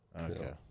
Okay